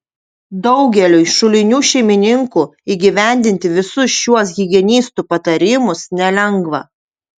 daugeliui šulinių šeimininkų įgyvendinti visus šiuos higienistų patarimus nelengva